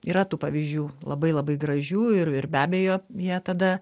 yra tų pavyzdžių labai labai gražių ir ir be abejo jie tada